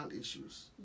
issues